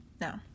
no